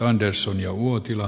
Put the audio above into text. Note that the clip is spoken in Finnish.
arvoisa puhemies